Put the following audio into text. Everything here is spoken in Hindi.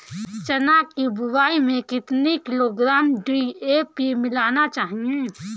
चना की बुवाई में कितनी किलोग्राम डी.ए.पी मिलाना चाहिए?